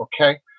Okay